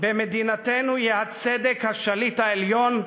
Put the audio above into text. "במדינתנו יהיה הצדק השליט העליון,